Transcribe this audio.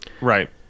Right